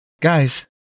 guys